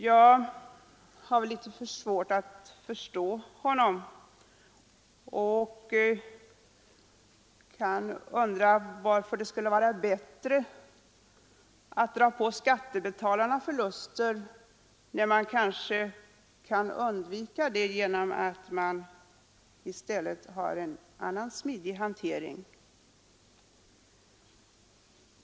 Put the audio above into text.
Jag har litet svårt att förstå honom, och jag undrar varför det skulle vara bättre att lägga på skattebetalarna förluster, som man kanske kan undvika genom att i stället ha en annan, smidig hantering.